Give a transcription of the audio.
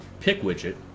PickWidget